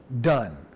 done